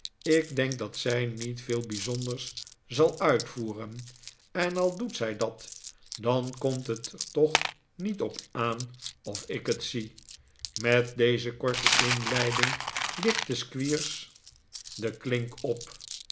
ik denk dat zij niet veel bijzonders zal uitvoeren en al doet zij dat dan komt het er toch niet op aan of ik het zie met deze korte inleiding lichtte squeers een edel duo de klink op